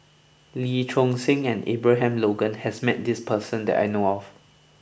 Lee Choon Seng and Abraham Logan has met this person that I know of